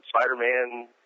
Spider-Man